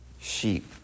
sheep